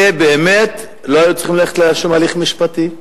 אלה באמת לא היו צריכים ללכת לשום הליך משפטי.